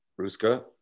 ruska